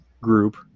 group